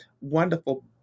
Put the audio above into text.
Wonderful